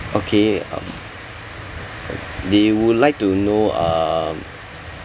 okay um they would like to know um